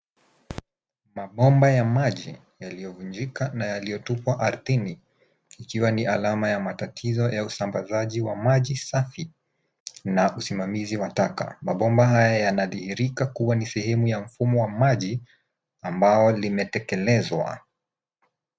Mabomba ya maji yaliyovunjika na yaliyotupwa ardhini ikiwa ni alama ya matatizo ya usambazaji maji safi na usimamizi wa taka. Mabomba haya yanadhihirika kuwa ni sehemu ya mfumo wa maji ambao limetekelezwa.